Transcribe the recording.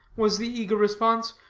was the eager response,